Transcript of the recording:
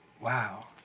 Wow